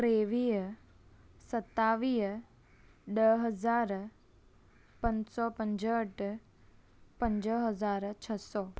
टेवीह सतावीह ॾह हज़ार पंज सौ पंजहठि पंज हज़ार छ्ह सौ